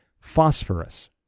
Phosphorus